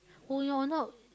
oh you are not